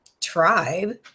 tribe